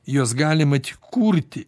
juos galima tik kurti